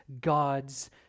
God's